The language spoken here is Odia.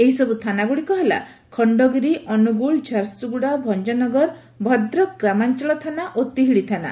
ଏହିସବୁ ଥାନାଗୁଡ଼ିକ ହେଲା ଖଖଗିରି ଅନୁଗୁଳ ଝାରସୁଗୁଡ଼ା ଭଞ୍ଚନଗର ଭଦ୍ରକ ଗ୍ରାମାଞ୍ଚଳ ଥାନା ଓ ତିହିଡି ଥାନା